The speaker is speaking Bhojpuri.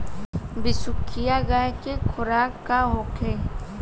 बिसुखी गाय के खुराक का होखे?